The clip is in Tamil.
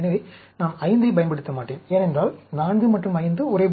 எனவே நான் 5 ஐப் பயன்படுத்த மாட்டேன் ஏனென்றால் 4 மற்றும் 5 ஒரே போன்று இருக்கிறது